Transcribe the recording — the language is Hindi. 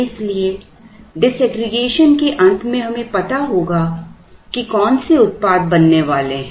इसलिए डिसएग्रीगेशन के अंत में हमें पता होगा कि कौन से उत्पाद बनने वाले हैं